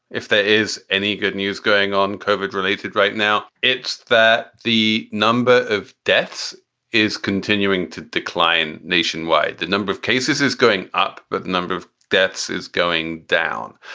if there is any good news going on, kovik related right now, it's that the number of deaths is continuing to decline nationwide. the number of cases is going up, but the number of deaths is going down.